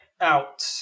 out